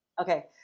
okay